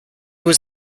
was